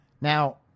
Now